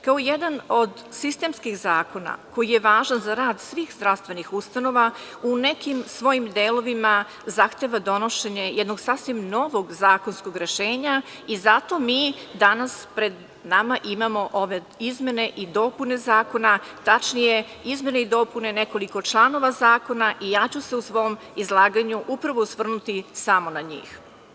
Kao jedan od sistemskih zakona koji važan za rad svih zdravstvenih ustanova, u nekim svojim delovima zahteva donošenje jednog sasvim novog zakonskog rešenja i zato mi danas pred nama imamo ove izmene i dopune zakona, tačnije izmene i dopune nekoliko članova zakona i ja ću se u svom izlaganju upravo osvrnuti samo na njih.